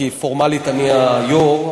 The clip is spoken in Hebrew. כי פורמלית אני היו"ר,